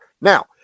Now